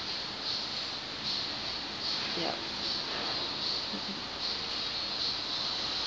ya